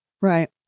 Right